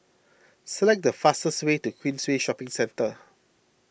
select the fastest way to Queensway Shopping Centre